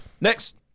Next